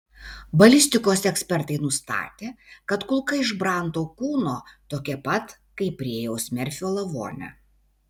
balistikos ekspertai nustatė kad kulka iš branto kūno tokia pat kaip rėjaus merfio lavone